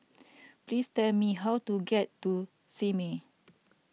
please tell me how to get to Simei